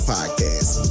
Podcast